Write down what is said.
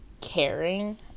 caring